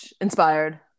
inspired